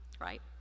right